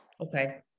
okay